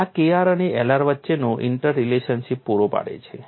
આ Kr અને Lr વચ્ચેનો ઇન્ટરલેશનશીપ પૂરો પાડે છે